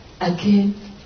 Again